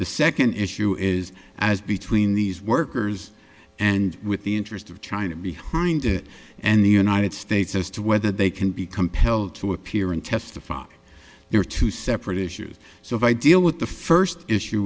the second issue is as between these workers and with the interest of china behind it and the united states as to whether they can be compelled to appear and testify there are two separate issues so if i deal with the first issue